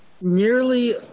nearly